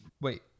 Wait